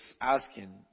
asking